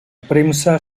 premsa